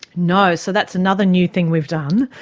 no, so that's another new thing we've done.